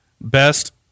best